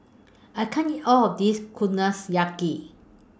I can't eat All of This